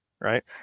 Right